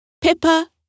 Pippa